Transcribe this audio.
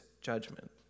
judgment